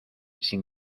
sin